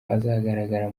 azagaragara